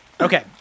Okay